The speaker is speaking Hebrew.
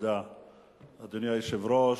אדוני היושב-ראש,